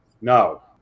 No